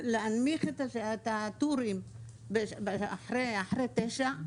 להנמיך את הטורים אחרי תשע.